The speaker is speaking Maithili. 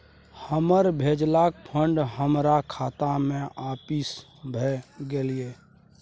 हमर भेजलका फंड हमरा खाता में आपिस भ गेलय